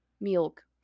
milk